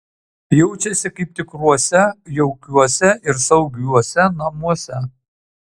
jaučiasi kaip tikruose jaukiuose ir saugiuose namuose